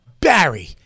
Barry